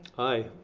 aye.